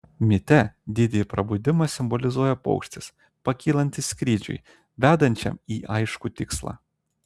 mite didįjį prabudimą simbolizuoja paukštis pakylantis skrydžiui vedančiam į aiškų tikslą